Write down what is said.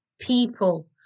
people